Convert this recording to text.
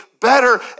better